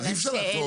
אז אי אפשר לעצור פה.